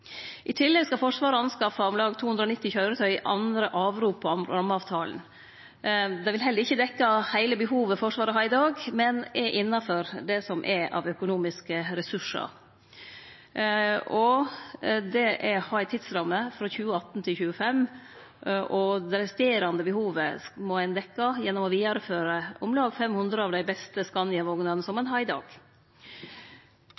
I tillegg skal Forsvaret anskaffe om lag 290 køyretøy i andre avrop på rammeavtalen. Det vil heller ikkje dekkje heile behovet Forsvaret har i dag, men er innanfor det som er av økonomiske ressursar. Det har ei tidsramme frå 2018 til 2025. Det resterande behovet må ein dekkje gjennom å vidareføre om lag 500 av dei beste